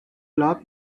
club